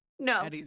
No